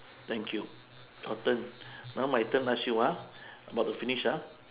thank you your turn now my turn ask you ah about to finish ah